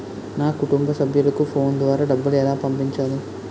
నా కుటుంబ సభ్యులకు ఫోన్ ద్వారా డబ్బులు ఎలా పంపించాలి?